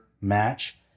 match